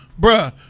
Bruh